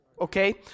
okay